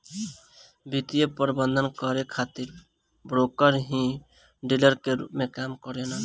वित्तीय प्रबंधन करे खातिर ब्रोकर ही डीलर के रूप में काम करेलन